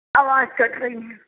आवाज कट रही है